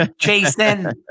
Jason